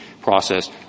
process